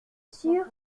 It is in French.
sûr